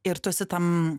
ir tu esi tam